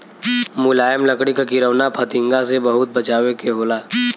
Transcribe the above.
मुलायम लकड़ी क किरौना फतिंगा से बहुत बचावे के होला